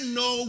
no